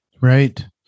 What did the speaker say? Right